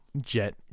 jet